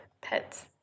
pets